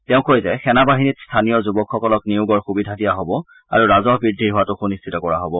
তেওঁ কয় যে সেনা বাহিনীত স্থানীয় যুৱকসকলক নিয়োগৰ সুবিধা দিয়া হব আৰু ৰাজহ বৃদ্ধি হোৱাটো সুনিশ্চিত কৰা হব